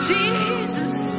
Jesus